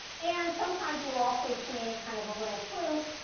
and sometimes you'll also see, kind of a little truth,